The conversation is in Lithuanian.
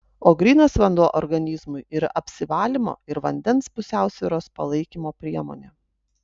o grynas vanduo organizmui yra apsivalymo ir vandens pusiausvyros palaikymo priemonė